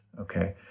okay